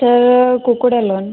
sir କୁକୁଡ଼ା loan